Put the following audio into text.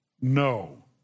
no